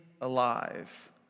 alive